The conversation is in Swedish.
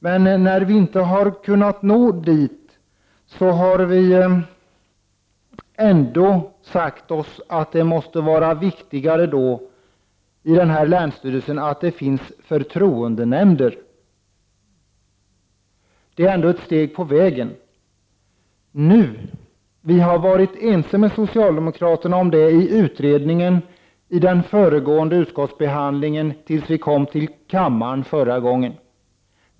Men eftersom vi inte har kunnat nå dit har vi sagt att det måste vara viktigare att det i länsstyrelsen finns förtroendenämnder. Det är ändå ett steg på vägen. Vi har varit ense med socialdemokraterna i denna fråga i samband med den föregående utskottsbehandlingen ända tills ärendet kom till kammaren förra gången.